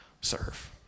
serve